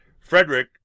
Frederick